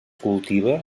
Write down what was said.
cultiva